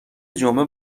جمعه